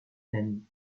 and